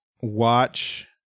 watch